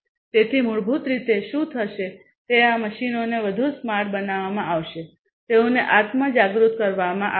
તેથી મૂળભૂત રીતે શું થશે તે આ મશીનોને વધુ સ્માર્ટ બનાવવામાં આવશે તેઓને આત્મ જાગૃત કરવામાં આવશે